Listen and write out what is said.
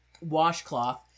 washcloth